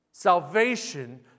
Salvation